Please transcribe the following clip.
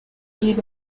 did